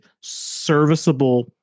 serviceable